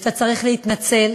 ואתה צריך להתנצל,